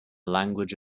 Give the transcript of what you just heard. language